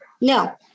No